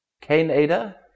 Canada